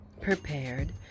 prepared